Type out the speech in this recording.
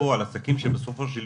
זה מחבר אותי לזה שאני אלוף משנה